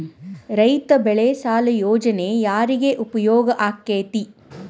ರೈತ ಬೆಳೆ ಸಾಲ ಯೋಜನೆ ಯಾರಿಗೆ ಉಪಯೋಗ ಆಕ್ಕೆತಿ?